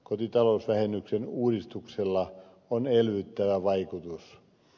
kotitalousvähennyksen uudistuksella on elvyttävä vaikutus